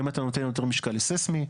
האם אתה נותן יותר משקל לססמי?